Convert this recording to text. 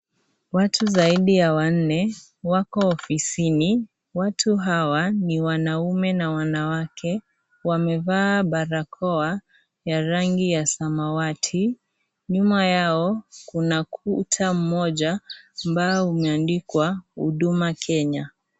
Watu zaidi ya wanne wako ofisini watu hawa ni wanaume na wanawake wamevaa barakoa ya rangi ya samawati nyuma yao kuna kuta mmoja ambao umeandikwa Huduma Kenya.